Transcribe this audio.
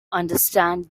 understand